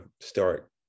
start